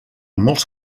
molts